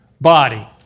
body